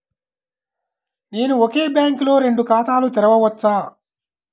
నేను ఒకే బ్యాంకులో రెండు ఖాతాలు తెరవవచ్చా?